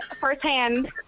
firsthand